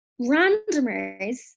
randomers